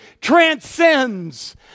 transcends